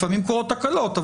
לפעמים קורות תקלות.